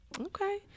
Okay